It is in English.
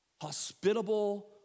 Hospitable